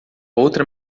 outra